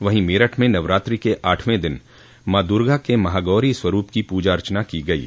वहीं मेरठ में नवरात्रि के आठवें दिन मां दुर्गा के महागौरी स्वरूप की पूजा अर्चना की गयी